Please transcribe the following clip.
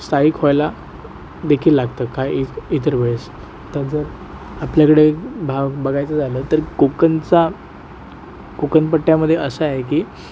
स्थायिक व्हायला देखील लागतं काही इतर वेळेस त्यांचं आपल्याकडे भा बघायचं झालं तर कोकणचा कोकण पट्ट्यामध्ये असं आहे की